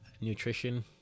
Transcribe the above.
nutrition